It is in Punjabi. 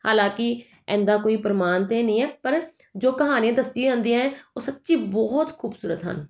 ਹਾਲਾਂਕਿ ਇਹਦਾ ਕੋਈ ਪ੍ਰਮਾਣ ਤਾਂ ਨਹੀਂ ਹੈ ਪਰ ਜੋ ਕਹਾਣੀ ਦੱਸੀ ਜਾਂਦੀਆਂ ਹੈ ਉਹ ਸੱਚੀ ਬਹੁਤ ਖੂਬਸੂਰਤ ਹਨ